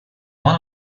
one